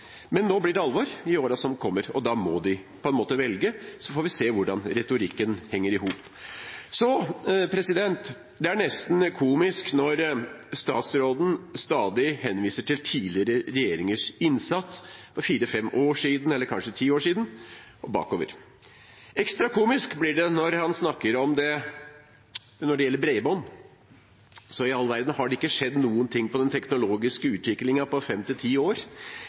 Men nå blir det alvor i årene som kommer. Da må de velge, og så får vi se hvordan retorikken henger i hop. Det er nesten komisk når statsråden stadig henviser til tidligere regjeringers innsats, for fire–fem år siden eller for kanskje ti år siden og bakover. Ekstra komisk blir det når han snakker om det når det gjelder bredbånd. I all verden, har det ikke skjedd noe innen den teknologiske utviklingen på